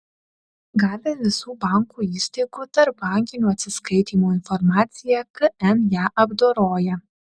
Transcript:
gavę visų bankų įstaigų tarpbankinių atsiskaitymų informaciją kn ją apdoroja